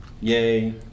Yay